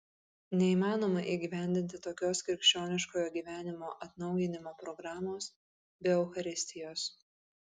neįmanoma įgyvendinti tokios krikščioniškojo gyvenimo atnaujinimo programos be eucharistijos